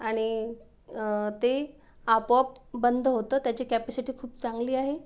आणि ते आपोआप बंद होतं त्याची कॅपॅसिटी खूप चांगली आहे